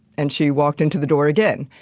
and she walked into the door again.